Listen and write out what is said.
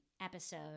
episode